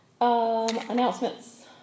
Announcements